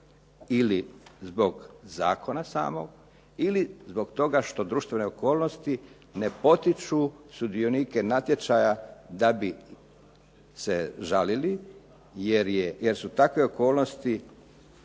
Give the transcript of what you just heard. Ili zbog samog zakona ili zbog toga što društvene okolnosti ne potiču sudionike natječaja da bi se žalili, jer su takve okolnosti